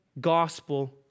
gospel